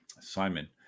Simon